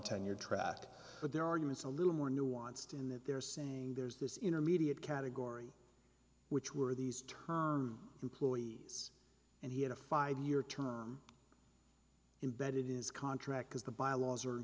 tenure track but their arguments a little more nuanced in that they're saying there's this intermediate category which were these term employees and he had a five year term imbed it is contract because the bylaws are